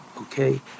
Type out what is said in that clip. Okay